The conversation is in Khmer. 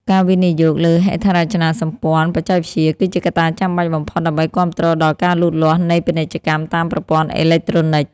ការវិនិយោគលើហេដ្ឋារចនាសម្ព័ន្ធបច្ចេកវិទ្យា គឺជាកត្តាចាំបាច់បំផុតដើម្បីគាំទ្រដល់ការលូតលាស់នៃពាណិជ្ជកម្មតាមប្រព័ន្ធអេឡិចត្រូនិក។